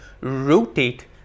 rotate